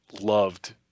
loved